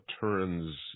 turns